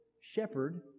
shepherd